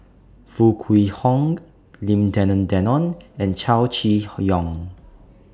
Foo Kwee Horng Lim Denan Denon and Chow Chee Yong